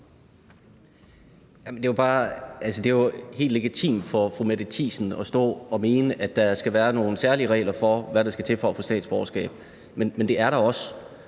Det er jo helt legitimt for fru Mette Thiesen at stå og mene, at der skal være nogle særlige regler for, hvad der skal til for at få statsborgerskab – men det er der også.